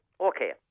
Okay